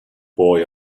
boy